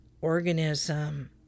organism